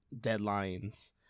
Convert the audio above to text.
deadlines